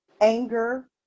anger